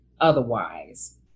otherwise